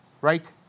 right